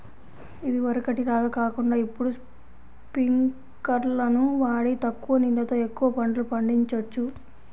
ఇదివరకటి లాగా కాకుండా ఇప్పుడు స్పింకర్లును వాడి తక్కువ నీళ్ళతో ఎక్కువ పంటలు పండిచొచ్చు